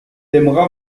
aimera